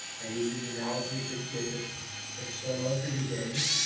i use the analogy of the kid that that so loves video games.